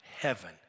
heaven